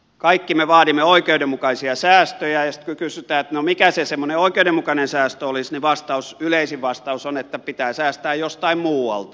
kaikki me vaadimme oikeudenmukaisia säästöjä ja sitten kun kysytään että no mikä se semmoinen oikeudenmukainen säästö olisi niin yleisin vastaus on että pitää säästää jostain muualta